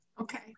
Okay